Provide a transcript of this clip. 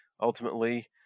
ultimately